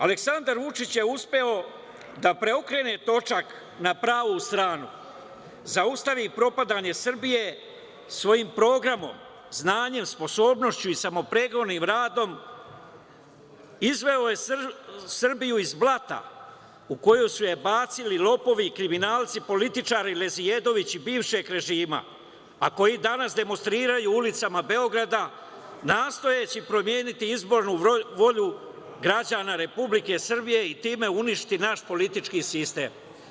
Aleksandar Vučić je uspeo da preokrene točak na pravu stranu, zaustavi propadanje Srbije svojim programom, znanjem, sposobnošću i samopregornim radom, izveo je Srbiju iz blata u koju su je bacili lopovi, kriminalci, političari, lezilebovići bivšeg režima, a koji danas demonstriraju ulicama Beograda, nastojeći promeniti izbornu volju građana Republike Srbije i time uništi naš politički sistem.